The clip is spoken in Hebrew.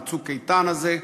מ"צוק איתן" הזה: